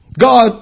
God